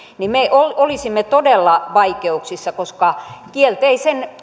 niin me olisimme todella vaikeuksissa koska kielteisen